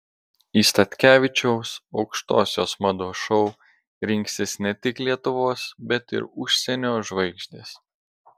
į statkevičiaus aukštosios mados šou rinksis ne tik lietuvos bet ir užsienio žvaigždės